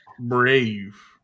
brave